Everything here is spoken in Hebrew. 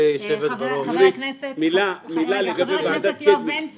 חבר הכנסת יואב בן צור.